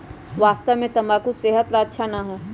वास्तव में तंबाकू सेहत ला अच्छा ना है